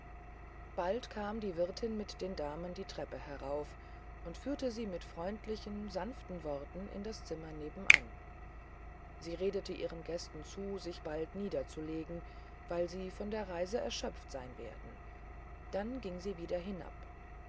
bald kam die wirtin mit den damen die treppe herauf und führte sie mit freundlichen sanften worten in das zimmer nebenan sie redete ihren gästen zu sich bald niederzulegen weil sie von der reise erschöpft sein werden dann ging sie wieder hinab